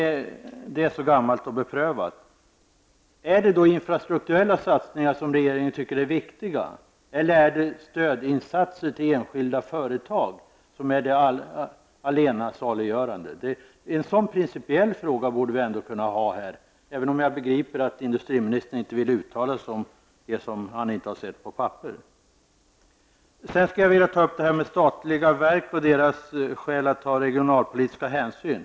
Det är så gammalt och beprövat. Tycker regeringen att infrastruktuella satsningar är viktiga eller är det stödinsatser till enskilda företag som är allena saliggörande? En sådan principiell fråga borde vi ändå kunna ta upp här, även om jag förstår att industriministern inte vill uttala sig om sådant som han inte har sett på papper. Jag vill även ta upp statliga verk och deras skäl att ta regionalpolitiska hänsyn.